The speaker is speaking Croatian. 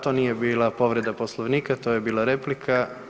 To nije bila povreda Poslovnika, to je bila replika.